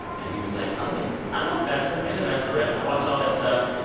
and he was like, oh, yeah, i love the bachelor and the bachelorette. i watch all that stuff.